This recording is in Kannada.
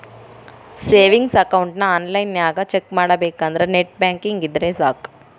ಸೇವಿಂಗ್ಸ್ ಅಕೌಂಟ್ ಆನ್ಲೈನ್ನ್ಯಾಗ ಚೆಕ್ ಮಾಡಬೇಕಂದ್ರ ನೆಟ್ ಬ್ಯಾಂಕಿಂಗ್ ಇದ್ರೆ ಸಾಕ್